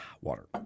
Water